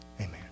Amen